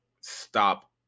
stop